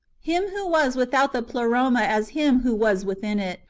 him who was without the pleroma as him who was within it.